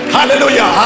Hallelujah